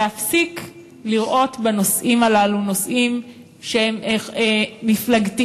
להפסיק לראות בנושאים הללו נושאים שהם מפלגתיים,